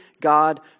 God